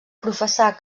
professà